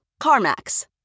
CarMax